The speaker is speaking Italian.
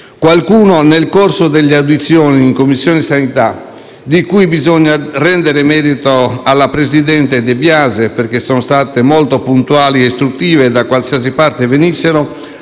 Qualcuno, nel corso delle audizioni in Commissione sanità - di cui bisogna rendere merito alla presidente De Biasi, perché sono state molto puntuali e istruttive, da qualsiasi parte venissero